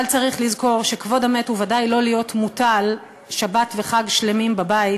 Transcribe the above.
אבל צריך לזכור שכבוד המת הוא ודאי לא להיות מוטל שבת וחג שלמים בבית,